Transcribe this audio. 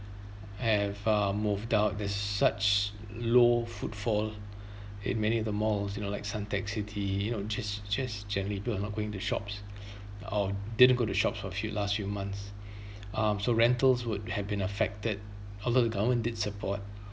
have uh moved out there's such low footfall in many of the malls you know like suntec city you know just just generally people are not going to shops or didn't go to shops for few last few months um so rentals would have been affected although the government did support